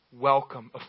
welcome